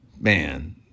man